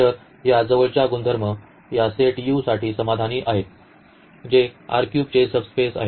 तर या जवळच्या गुणधर्म या सेट U साठी समाधानी आहेत जे चे सबस्पेस आहे